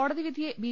കോടതിവിധിയെ B